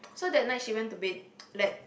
so that night she went to bed like